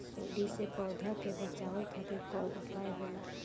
सुंडी से पौधा के बचावल खातिर कौन उपाय होला?